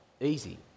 Easy